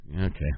okay